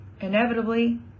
inevitably